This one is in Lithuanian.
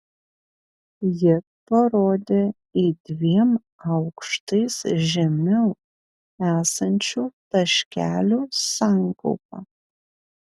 ji parodė į dviem aukštais žemiau esančių taškelių sankaupą